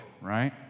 right